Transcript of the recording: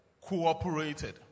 cooperated